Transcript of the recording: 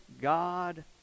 God